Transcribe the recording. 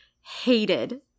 hated